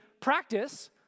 practice